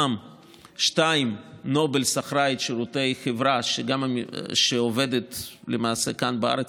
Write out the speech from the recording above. בשתיים מהן נובל שכרה שירותי חברה שעובדת כאן בארץ.